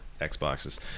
Xboxes